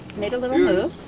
made a little move.